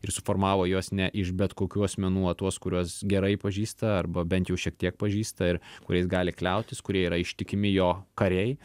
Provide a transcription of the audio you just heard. ir suformavo juos ne iš bet kokių asmenų o tuos kuriuos gerai pažįsta arba bent jau šiek tiek pažįsta ir kuriais gali kliautis kurie yra ištikimi jo kariai